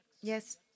Yes